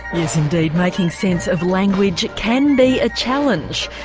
yes indeed, making sense of language can be a challenge.